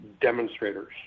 demonstrators